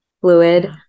fluid